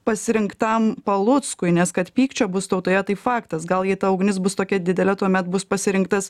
pasirinktam paluckui nes kad pykčio bus tautoje tai faktas gal ji ta ugnis bus tokia didelė tuomet bus pasirinktas